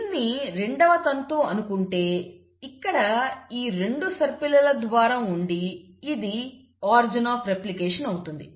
దీనిని రెండవ తంతు అనుకుంటే ఇక్కడ ఈ రెండు సర్పిలల ద్వారం ఉండి ఇది ఆరిజిన్ ఆఫ్ రెప్లికేషన్ అవుతుంది